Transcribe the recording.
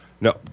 No